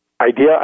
idea